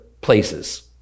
places